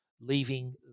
leaving